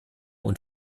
und